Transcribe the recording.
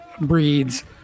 breeds